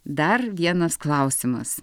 dar vienas klausimas